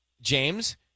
James